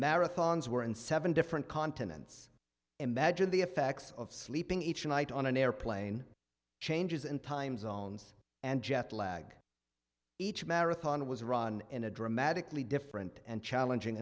marathons were in seven different continents imagine the effects of sleeping each night on an airplane changes in time zones and jet lag each marathon was run in a dramatically different and challenging